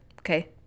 Okay